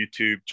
YouTube